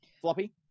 floppy